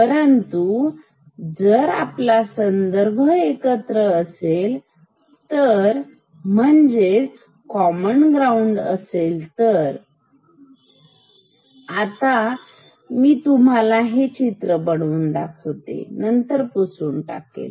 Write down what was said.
परंतु जर आपला संदर्भ एकत्र असेल तर म्हणजेच कॉमन ग्राउंड असेल तर आता मी ते तुम्हाला चित्र बनवून दाखवते मग पुसून टाकेल